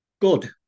Good